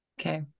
Okay